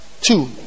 two